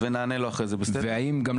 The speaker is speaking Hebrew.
האם לא